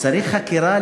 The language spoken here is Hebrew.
צריך חקירה,